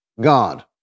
God